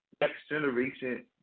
next-generation